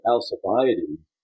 Alcibiades